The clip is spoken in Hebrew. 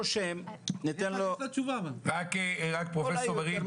רק פרופ' מרין,